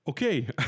okay